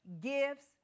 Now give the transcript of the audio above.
gifts